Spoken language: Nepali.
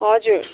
हजुर